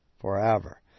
Forever